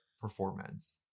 performance